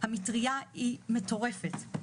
המטריה היא מטורפת.